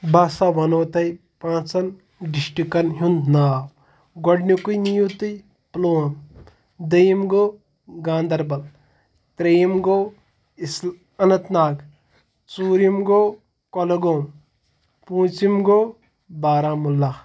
بہٕ ہَسا وَنو تۄہہِ پانٛژَن ڈِسٹِکَن ہُنٛد ناو گۄڈنیُکُے نِیِو تُہۍ پُلووم دۄیِم گوٚو گاندَربَل ترٛیٚیِم گوٚو اِسل اَننت ناگ ژوٗرِم گوٚو کۄلگوم پوٗنٛژِم گوٚو بارہمولہ